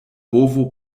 bovo